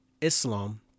islam